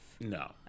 No